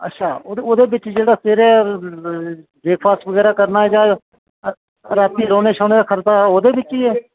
ओह्दे बिच जेह्ड़ा ब्रेकफॉस्ट करना जां रातीं रौह्ने दा खर्चा ओह्दे बिच ई ऐ